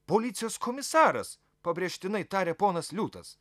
policijos komisaras pabrėžtinai tarė ponas liūtas